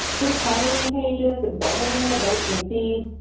pre-polling pages. gardening advice and see.